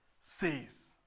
says